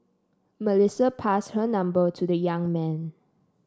Melissa passed her number to the young man